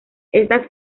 estas